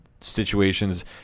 situations